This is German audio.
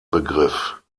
begriff